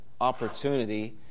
opportunity